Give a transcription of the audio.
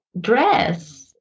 dress